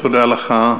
תודה לך.